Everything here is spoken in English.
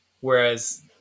whereas